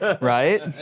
right